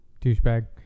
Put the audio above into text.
Douchebag